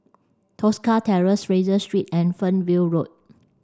Tosca Terrace Fraser Street and Fernvale Road